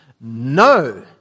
No